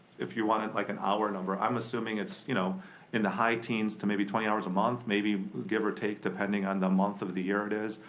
if you wanted like an hour number, i'm assuming it's you know in the high teens to maybe twenty hours a month, maybe give or take, depending on the month of the year it is.